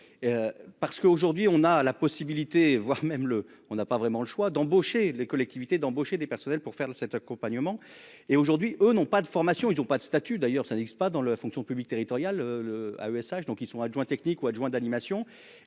Parce qu'aujourd'hui on a la possibilité, voire même le. On n'a pas vraiment le choix d'embaucher les collectivités d'embaucher des personnels pour faire de cet accompagnement et aujourd'hui, eux, n'ont pas de formation ils ont pas de statut d'ailleurs un dans la fonction publique territoriale. À ESH donc ils sont adjoints technique ou adjoints d'animation